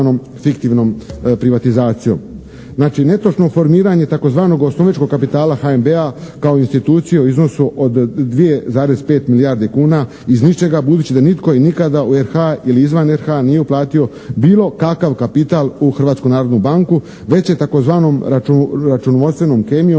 Znači, netočno formiranje tzv. osnovničkog kapitala HNB-a kao institucije u iznosu od 2,5 milijardi kuna iz ničega budući da nitko i nikada u RH-a ili izvan RH-a nije uplatio bilo kakav kapital u Hrvatsku narodnu banku već je tzv. računovodstvenom kemijom